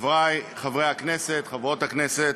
חברי חברי הכנסת, חברות הכנסת,